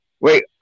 Wait